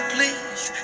Please